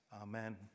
amen